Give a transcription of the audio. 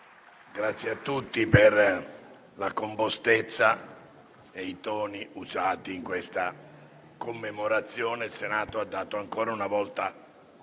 Grazie a tutti per la compostezza e per i toni usati in questa commemorazione. Il Senato ha dato ancora una volta